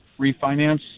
refinance